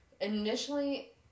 initially